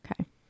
Okay